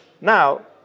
Now